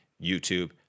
YouTube